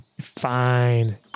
Fine